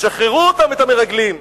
תשחררו אותם, את המרגלים.